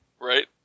Right